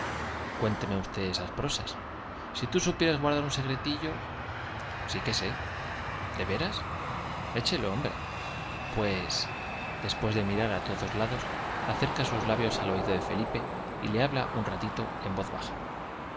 cuénteme usted esas prosas i si tú supieras guardar secretillo un sí que sé de veras échelo hombre pues después de mirar á todos lados acerca sus labios al oído de felipe y le habla un ratito en paz baja